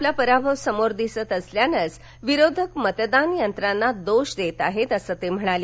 आपला पराभव समोर दिसत असल्यानंच विरोधक मतदानयंत्रांना दोष देत आहेत असं ते म्हणाले